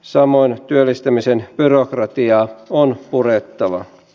samoin työllistämisen byrokratiaa on purettava